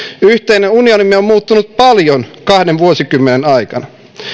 yhteinen unionimme on muuttunut paljon kahden vuosikymmenen aikana